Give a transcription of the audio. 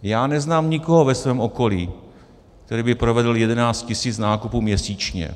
Já neznám nikoho ve svém okolí, který by provedl 11 tisíc nákupů měsíčně.